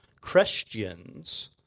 Christians